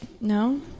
no